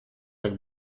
tak